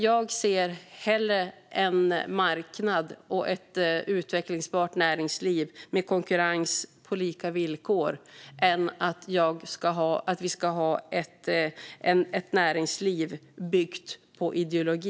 Jag ser hellre en marknad och ett utvecklingsbart näringsliv med konkurrens på lika villkor än att vi ska ha ett näringsliv byggt på ideologi.